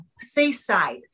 seaside